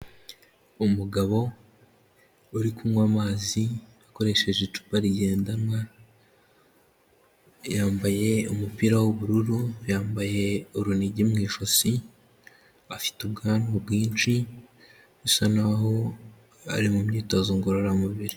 Umugabo uri kunywa amazi akoresheje icupa rigendanwa, yambaye umupira w'ubururu, yambaye urunigi mu ijosi, afite ubwanwa bwinshi bisa n'aho ari mu myitozo ngororamubiri.